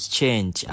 Change